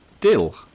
Dill